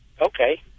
Okay